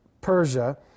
Persia